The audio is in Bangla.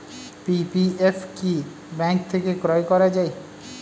পি.পি.এফ কি ব্যাংক থেকে ক্রয় করা যায়?